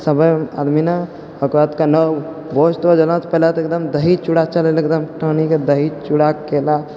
सभे आदमी ने ओकर बाद केहनहुँ दोस्त वोस्त एलै तऽ दही चूड़ा चलल एकदम टानिके दही चूड़ा खेला